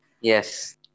yes